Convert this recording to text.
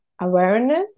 awareness